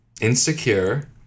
insecure